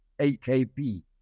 AKP